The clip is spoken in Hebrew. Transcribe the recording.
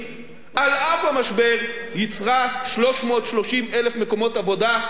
על אף המשבר, ייצרה 330,000 מקומות עבודה חדשים.